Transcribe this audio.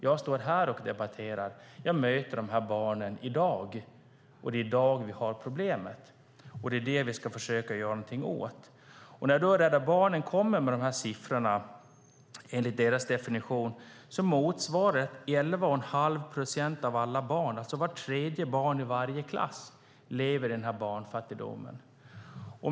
Jag står här och debatter. Jag möter de här barnen i dag. Det är i dag vi har problemet och det är det vi ska försöka göra någonting åt. Rädda Barnen kommer med de här siffrorna som enligt deras definition motsvarar 11 1⁄2 procent av alla barn, alltså vart tredje barn i varje klass lever i den här barnfattigdomen.